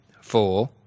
four